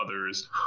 others